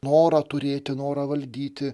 norą turėti norą valdyti